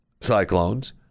cyclones